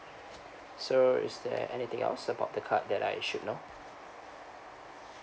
so is there anything else about the card that I should know